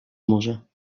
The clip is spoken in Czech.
moře